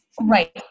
Right